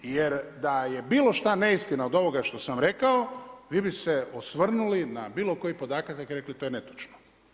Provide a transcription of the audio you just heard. Jer da je bilo što neistina od ovoga što sam rekao, vi bi ste osvrnuli na bilo koji podatak i rekli to je netočno.